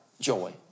joy